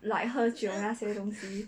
like 喝酒那些东西